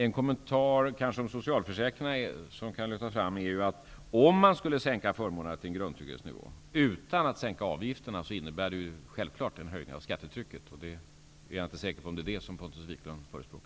En kommentar angående socialförsäkringarna är att om man skulle sänka förmånerna till en grundtrygghetsnivå utan att sänka avgifterna, innebär detta självfallet en höjning av skattetrycket. Jag är inte säker på att det är detta som Pontus Wiklund förespråkar.